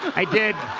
i did.